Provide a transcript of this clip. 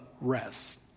rest